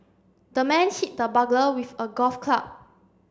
the man hit the burglar with a golf club